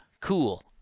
cool